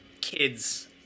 kids